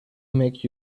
make